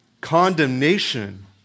Condemnation